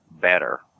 better